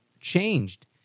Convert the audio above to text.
changed